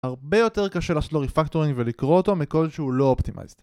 הרבה יותר קשה לסלורי פקטורין ולקרוא אותו מכל שהוא לא אופטימייסט